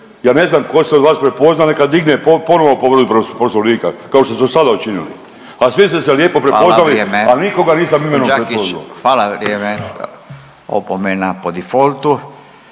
Ja ne znam ko se od vas prepoznao neka digne ponovno povredu poslovnika kao što ste to sad učinili. A svi ste se lijepo prepoznali …/Upadica Radin: Hvala, vrijeme./… a nikoga